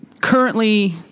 currently